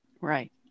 Right